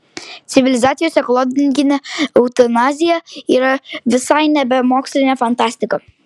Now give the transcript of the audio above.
civilizacijos ekologinė eutanazija yra visai nebe mokslinė fantastika